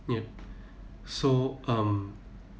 ya so um